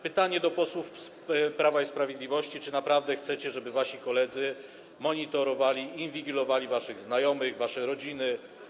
Pytanie do posłów Prawa i Sprawiedliwości: Czy naprawdę chcecie, żeby wasi koledzy monitorowali, inwigilowali waszych znajomych, wasze rodziny?